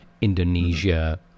Indonesia